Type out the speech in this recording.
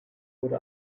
wurde